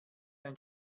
ein